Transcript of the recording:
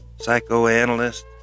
psychoanalyst